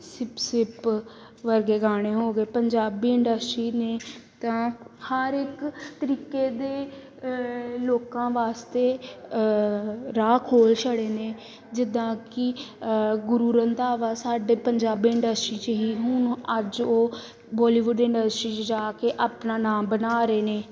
SIP ਸਿਪ ਵਰਗੇ ਗਾਣੇ ਹੋ ਗਏ ਪੰਜਾਬੀ ਇੰਡਸਟਰੀ ਨੇ ਤਾਂ ਹਰ ਇੱਕ ਤਰੀਕੇ ਦੇ ਲੋਕਾਂ ਵਾਸਤੇ ਰਾਹ ਖੋਲ੍ਹ ਛੱਡੇ ਨੇ ਜਿੱਦਾਂ ਕਿ ਗੁਰੂ ਰੰਧਾਵਾ ਸਾਡੇ ਪੰਜਾਬੀ ਇੰਡਸਟਰੀ 'ਚ ਹੀ ਹੁਣ ਅੱਜ ਉਹ ਬੋਲੀਵੁੱਡ ਇੰਡਸਟਰੀ 'ਚ ਜਾ ਕੇ ਆਪਣਾ ਨਾਮ ਬਣਾ ਰਹੇ ਨੇ